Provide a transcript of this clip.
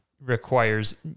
requires